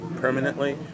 permanently